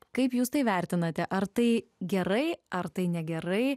kaip jūs tai vertinate ar tai gerai ar tai negerai